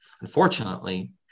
Unfortunately